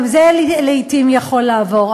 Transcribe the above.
גם זה לעתים יכול לעבור,